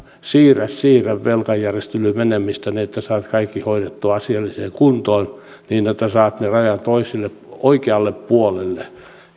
siirrä siirrä velkajärjestelyyn menemistä niin että saat kaikki hoidettua asialliseen kuntoon niin että saat ne rajan oikealle puolelle